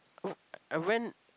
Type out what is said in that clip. oh I went